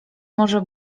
może